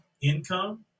income